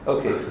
Okay